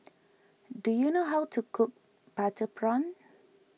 do you know how to cook Butter Prawn